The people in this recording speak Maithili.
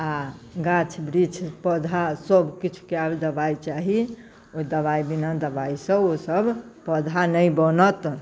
आ गाछ वृक्ष पौधा सभ किछुके आब दवाइ चाही ओ दवाइ बिना दवाइ से ओ सभ पौधा नहि बनत